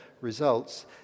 results